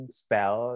spell